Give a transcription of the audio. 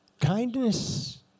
kindness